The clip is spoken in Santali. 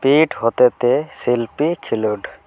ᱯᱤᱴ ᱦᱚᱛᱮᱡ ᱛᱮ ᱥᱮᱞᱯᱤ ᱠᱷᱮᱞᱳᱰ